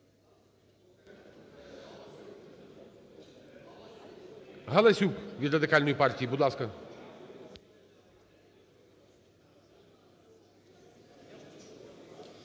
Галасюк від Радикальної партії, будь ласка.